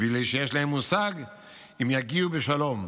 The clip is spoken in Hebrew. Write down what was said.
בלי שיש להם מושג אם יגיעו בשלום.